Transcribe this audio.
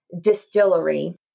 distillery